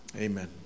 amen